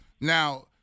Now